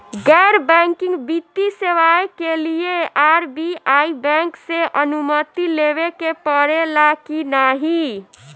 गैर बैंकिंग वित्तीय सेवाएं के लिए आर.बी.आई बैंक से अनुमती लेवे के पड़े ला की नाहीं?